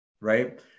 right